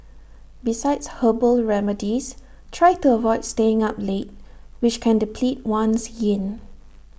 besides herbal remedies try to avoid staying up late which can deplete one's yin